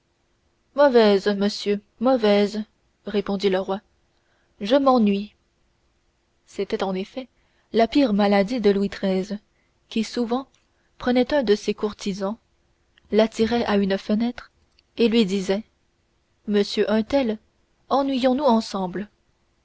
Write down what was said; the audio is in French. mauvaise monsieur mauvaise répondit le roi je m'ennuie c'était en effet la pire maladie de louis xiii qui souvent prenait un de ses courtisans l'attirait à une fenêtre et lui disait monsieur un tel ennuyons nous ensemble